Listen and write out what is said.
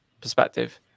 perspective